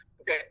okay